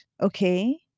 okay